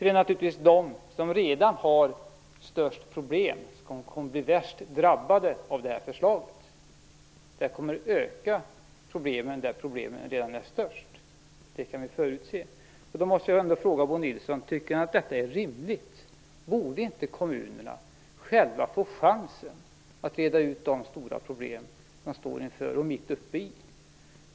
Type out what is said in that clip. Det är naturligtvis de som redan har de största problemen som kommer att drabbas värst av det här förslaget. Vi kan förutse att det kommer att öka problemen där dessa redan är störst. Jag vill då fråga Bo Nilsson om han tycker att detta är rimligt. Borde inte kommunerna själva få chansen att reda ut de stora problem som man står inför eller är mitt uppe i?